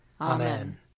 Amen